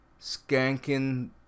skanking